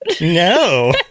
No